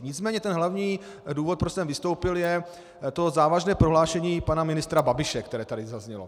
Nicméně ten hlavní důvod, proč jsem vystoupil, je to závažné prohlášení pana ministra Babiše, které tady zaznělo.